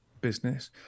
business